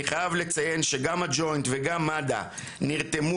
אני חייב לציין שגם הג'וינט וגם מד"א נרתמו